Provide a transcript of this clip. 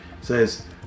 says